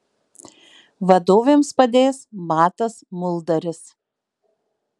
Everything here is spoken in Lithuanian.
vadovėms padės matas muldaris